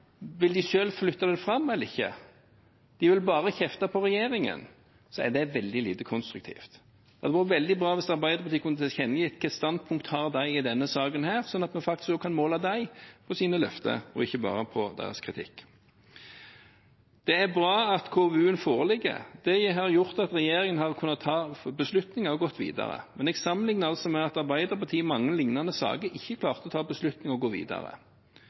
de selv vil flytte det fram eller ikke, men bare vil kjefte på regjeringen, er det veldig lite konstruktivt. Det hadde vært veldig bra hvis Arbeiderpartiet kunne tilkjennegitt hvilket standpunkt de har i denne saken, sånn at vi også kan måle dem på deres løfter, ikke bare på deres kritikk. Det er bra at KVU-en foreligger. Det har gjort at regjeringen har kunnet ta beslutninger og gått videre. Men jeg sammenligner med at Arbeiderpartiet i mange lignende saker ikke klarte å ta beslutninger og gå videre.